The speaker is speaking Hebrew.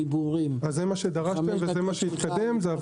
זה מה שדרשתם וזה מה שהתקדם.